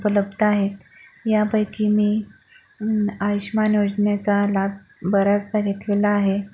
उपलब्ध आहेत यापैकी मी आयुष्मान योजनेचा लाभ बऱ्याचदा घेतलेला आहे